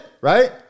right